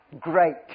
great